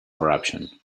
corruption